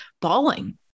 bawling